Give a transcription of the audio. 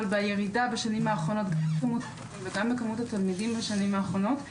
בירידה במספר התלמידים בשנים האחרונות.